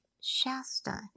Shasta